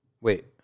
Wait